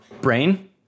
brain